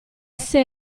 esse